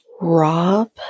Rob